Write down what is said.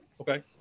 Okay